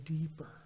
deeper